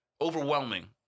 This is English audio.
overwhelming